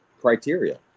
criteria